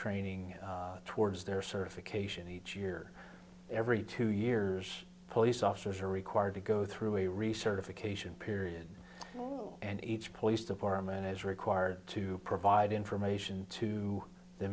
training towards their certification each year every two years police officers are required to go through a research of occasion period and each police department is required to provide information to the